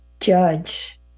judge